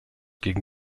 gegen